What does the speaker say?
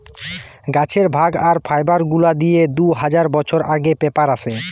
গাছের ভাগ আর ফাইবার গুলা দিয়ে দু হাজার বছর আগে পেপার আসে